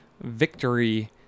victory